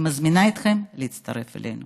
אני מזמינה אתכם להצטרף אלינו.